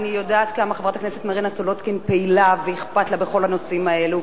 אני יודעת כמה חברת הכנסת סולודקין פעילה ואכפת לה בכל הנושאים האלה,